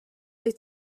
wyt